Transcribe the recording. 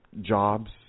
jobs